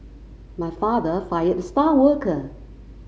my father fired the star worker